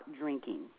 drinking